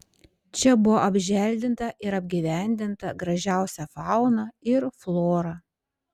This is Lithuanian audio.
čia buvo apželdinta ir apgyvendinta gražiausia fauna ir flora